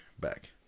back